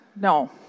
No